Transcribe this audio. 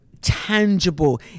tangible